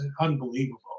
Unbelievable